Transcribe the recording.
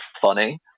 funny